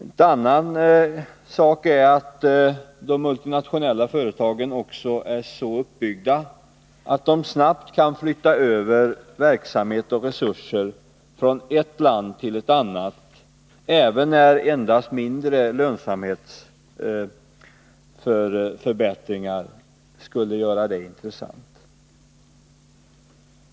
En annan sak är att de multinationella företagen också är så uppbyggda att de snabbt kan flytta över verksamhet och resurser från ett land till ett annat, även när endast mindre lönsamhetsförbättringar motiverar detta.